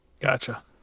Gotcha